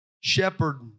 shepherd